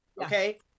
okay